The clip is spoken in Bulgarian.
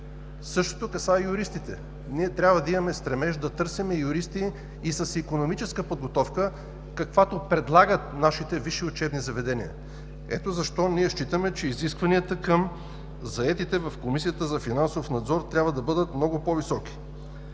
Същото касае юристите. Ние трябва да имаме стремеж да търсим юристи с икономическа подготовка, каквато предлагат нашите висши учебни заведения. Ето защо ние считаме, че изискванията към заетите в Комисията за финансов